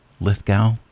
Lithgow